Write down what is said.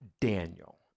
daniel